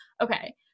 Okay